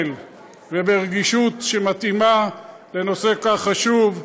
וברגישות שמתאימה לנושא כל כך חשוב,